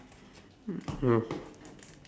mm